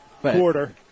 quarter